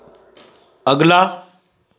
अगला